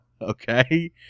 Okay